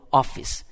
office